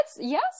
yes